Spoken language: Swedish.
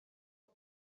och